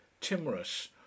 timorous